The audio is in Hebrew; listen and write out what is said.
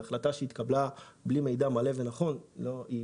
החלטה שמתקבלת על סמך מידע שאינו נכון בטלה.